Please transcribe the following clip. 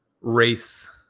race